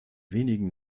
wenigen